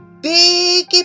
big